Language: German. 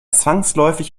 zwangsläufig